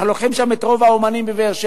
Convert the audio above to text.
אנחנו לוקחים שם את רוב האמנים בבאר-שבע,